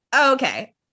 okay